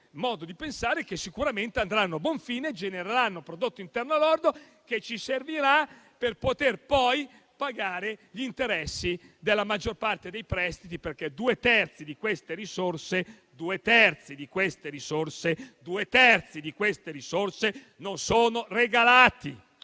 modo di pensare che sicuramente andranno a buon fine e genereranno prodotto interno lordo che ci servirà per poter poi pagare gli interessi della maggior parte dei prestiti. Vorrei infatti sottolineare che due terzi di queste risorse infatti non sono regalati,